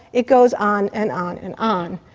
it goes on and on and on.